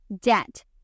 debt